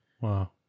Wow